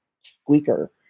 squeaker